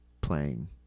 playing